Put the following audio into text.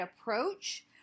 approach